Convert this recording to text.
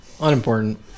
Unimportant